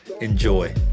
Enjoy